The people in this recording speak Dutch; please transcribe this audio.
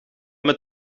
met